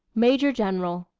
major-general.